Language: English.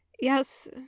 Yes